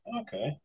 Okay